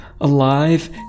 alive